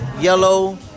yellow